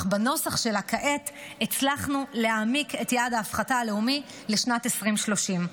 אך בנוסח שלה כעת הצלחנו להעמיק את יעד ההפחתה הלאומי לשנת 2030,